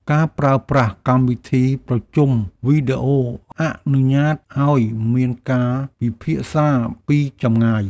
ការប្រើប្រាស់កម្មវិធីប្រជុំវីដេអូ អនុញ្ញាតឱ្យមានការពិភាក្សាពីចម្ងាយ។